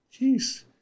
Jeez